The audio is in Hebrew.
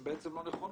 הן בעצם לא נכונות,